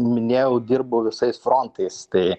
minėjau dirbu visais frontais tai